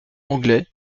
anglais